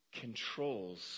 controls